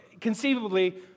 conceivably